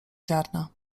ziarna